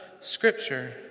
Scripture